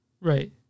Right